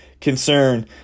concern